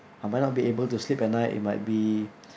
I might not be able to sleep at night it might be